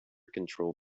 control